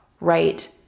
right